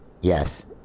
Yes